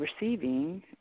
receiving